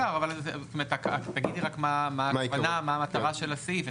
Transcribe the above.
אפשר, אבל תגידי רק מה הכוונה, מה המטרה של הסעיף.